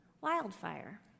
wildfire